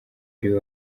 ariwe